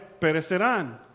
perecerán